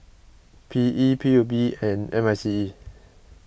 P E P U B and M I C E